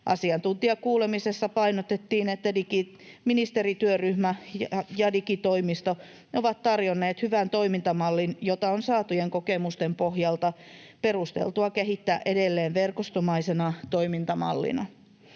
Asiantuntijakuulemisessa painotettiin, että ministerityöryhmä ja digitoimisto ovat tarjonneet hyvän toimintamallin, jota on saatujen kokemusten pohjalta perusteltua kehittää edelleen verkostomaisena toimintamallina.